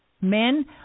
Men